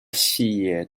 fille